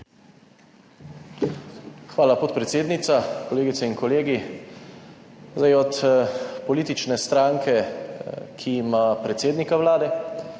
Hvala, podpredsednica. Kolegice in kolegi! Od politične stranke, ki ima predsednika Vlade,